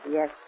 Yes